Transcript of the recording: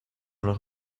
los